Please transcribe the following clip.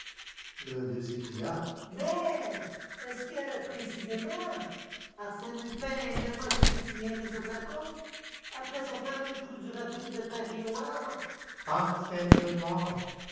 l'un d'eux s'écria mais est-ce que précisément arsène lupin n'a pas été signalé sur la côte après son fameux coup du rapide de paris au havre parfaitement